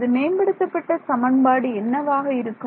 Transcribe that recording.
எனது மேம்படுத்தப்பட்ட சமன்பாடு என்னவாக இருக்கும்